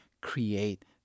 create